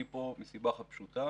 אני פה מסיבה אחת פשוטה